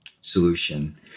solution